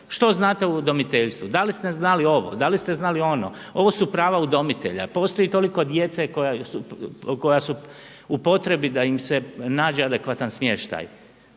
Što znate o udomiteljstvu? Da li ste znali ovo, da li ste znali ono, ovo su prava udomitelja, postoji toliko djece koja su u potrebi da im se nađe adekvatan smještaj.